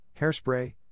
Hairspray